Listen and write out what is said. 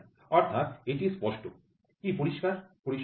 অর্থাৎ এটি স্পষ্ট কি পরিষ্কার পরিসীমা কি